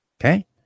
okay